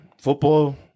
football